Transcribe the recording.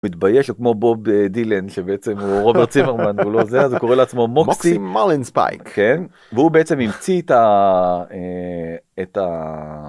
מתבייש כמו בוב דילן שבעצם הוא רוברט צימברמן הוא לא זה אז הוא קורא לעצמו Moxie Marlinspike פייק כן והוא בעצם המציא את האת ה.